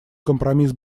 компромисс